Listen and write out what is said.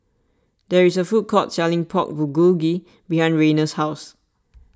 there is a food court selling Pork Bulgogi behind Rayna's house